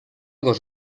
dos